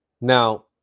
Now